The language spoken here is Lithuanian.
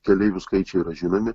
keleivių skaičiai yra žinomi